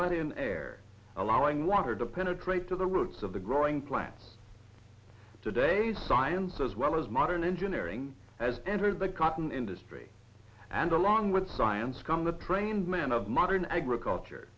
let in air allowing water to penetrate to the roots of the growing plants today's science as well as modern engineering has entered the cotton industry and along with science come the trained men of modern agriculture